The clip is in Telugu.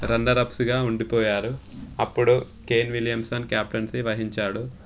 రన్నర్ అప్స్గా ఉండిపోయారు అప్పుడు కేన్ విలియమ్సన్ క్యాప్టన్సీ వహించాడు